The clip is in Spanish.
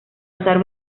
usar